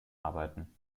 arbeiten